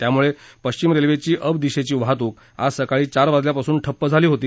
त्यामुळे पश्विम रेल्वेची अप दिशेची वाहतूक आज सकाळी चार वाजल्यापासून ठप्प झाली होती